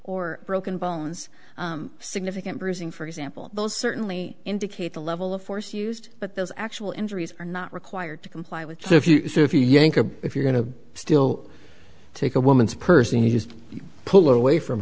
or broken bones significant bruising for example those certainly indicate the level of force used but those actual injuries are not required to comply with so if you see if you yank a if you're going to still take a woman's person you just pull away from